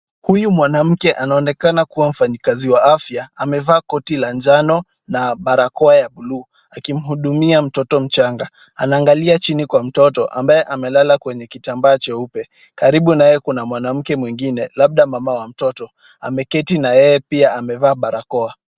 Huyu mwanamke anaonekana kuwa mfanyikazi wa afya amevaa koti la njano na barakoa ya bluu akimhudumia mtoto mchanga. Anaangalia chini kwa mtoto ambaye amelala kwenye kitambaa cheupe, karibu na yeye kuna mwanamke mwengine labda mama wa mtoto, ameketi na yeye pia amevaa barakoa.